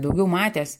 daugiau matęs